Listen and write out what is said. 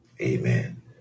Amen